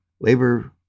labor